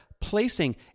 placing